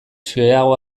xeheago